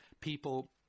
people